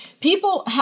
people